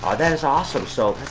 ah that is awesome! so